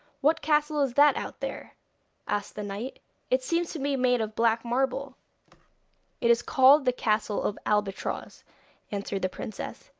what castle is that out there asked the knight it seems to be made of black marble it is called the castle of albatroz answered the princess.